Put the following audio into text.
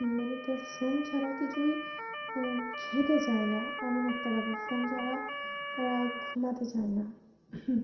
মানে তারা ফোন ছাড়া কিছুই খেতে চায় না এমন একটা ব্যাপার ফোন ছাড়া তারা ঘুমাতে চায় না